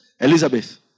Elizabeth